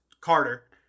Carter